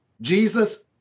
Jesus